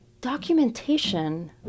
documentation